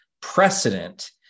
precedent